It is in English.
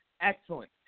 Excellent